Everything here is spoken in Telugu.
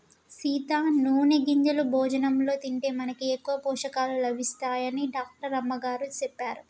సీత నూనె గింజలు భోజనంలో తింటే మనకి ఎక్కువ పోషకాలు లభిస్తాయని డాక్టర్ అమ్మగారు సెప్పారు